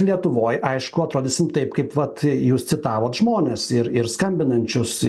lietuvoj aišku atrodysim taip kaip vat jūs citavot žmones ir ir skambinančius